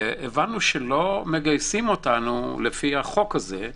הבנו שלא מגייסים אותנו לפי החוק הזה,